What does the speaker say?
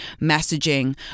messaging